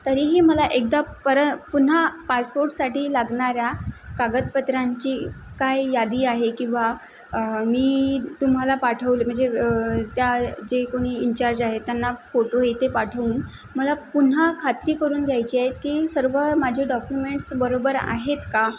तरीही मला एकदा परत पुन्हा पासपोर्टसाठी लागणाऱ्या कागदपत्रांची काय यादी आहे किंवा मी तुम्हाला पाठवले म्हणजे त्या जे कोणी इंचार्ज आहेत त्यांना फोटो हे ते पाठवून मला पुन्हा खात्री करून घ्यायची की सर्व माझे डॉक्युमेंट्स बरोबर आहेत का